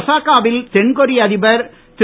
Osaka வின் தென்கொரிய அதிபர் திரு